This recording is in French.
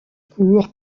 cour